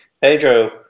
Pedro